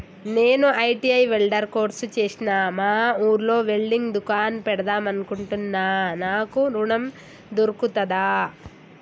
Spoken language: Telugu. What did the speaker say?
నేను ఐ.టి.ఐ వెల్డర్ కోర్సు చేశ్న మా ఊర్లో వెల్డింగ్ దుకాన్ పెడదాం అనుకుంటున్నా నాకు ఋణం దొర్కుతదా?